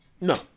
No